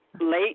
Late